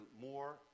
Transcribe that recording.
more